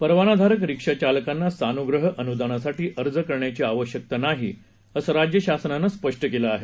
परवानाधारक रिक्षा चालकांना सानुग्रह मुदानासाठी र्ज करण्याची आवश्यकता नाही रसं राज्य शासनानं स्पष्ट केलं आहे